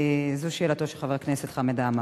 זו שאלתו של חבר הכנסת חמד עמאר: